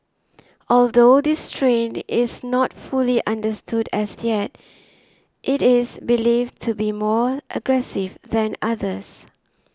although this strain is not fully understood as yet it is believed to be more aggressive than others